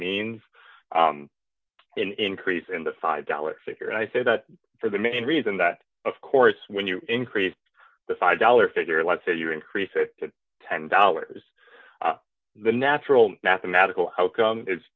means increase in the five dollars figure and i say that for the main reason that of course when you increase the size dollar figure let's say you increase it to ten dollars the natural mathematical outcome is